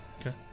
Okay